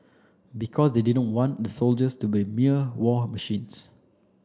because they didn't want the soldiers to be mere war machines